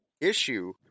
issue